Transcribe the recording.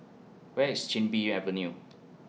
Where IS Chin Bee Avenue